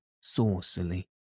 saucily